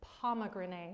pomegranate